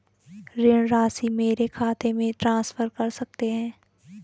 ऋण राशि मेरे बचत खाते में ट्रांसफर कर सकते हैं?